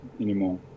anymore